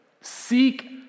seek